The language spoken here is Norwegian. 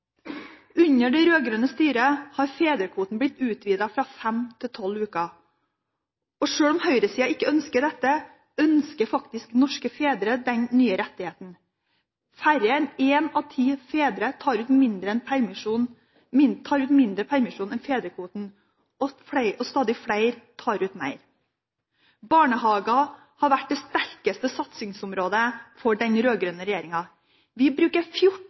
Under det rød-grønne styret har fedrekvoten blitt utvidet fra fem til tolv uker. Selv om høyresiden ikke ønsker dette, ønsker faktisk norske fedre den nye rettigheten. Færre enn én av ti fedre tar ut mindre permisjon enn fedrekvoten, og stadig flere tar ut mer. Barnehager har vært det sterkeste satsingsområdet for den rød-grønne regjeringen. Vi bruker